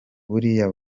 buriya